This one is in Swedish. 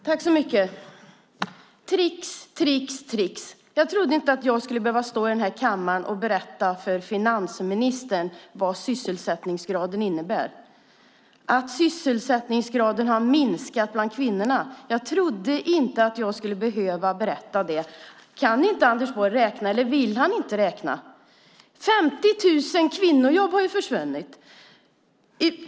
Herr talman! Tricks, tricks, tricks! Jag trodde inte att jag skulle behöva stå i kammaren och berätta för finansministern vad sysselsättningsgraden innebär och att sysselsättningsgraden har minskat bland kvinnorna. Jag trodde inte att jag skulle behöva berätta det. Kan inte Anders Borg räkna, eller vill han inte räkna? 50 000 kvinnojobb har försvunnit.